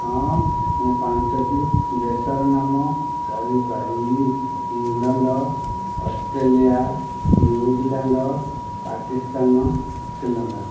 ହଁ ମୁଁ ପାଞ୍ଚଟି ଦେଶର ନାମ କହିପାରିବି England Australia New Zealand Pakistan Sri Lanka